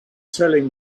selling